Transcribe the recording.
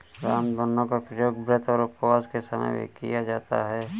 रामदाना का प्रयोग व्रत और उपवास के समय भी किया जाता है